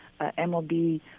MLB